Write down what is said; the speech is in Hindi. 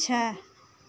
छः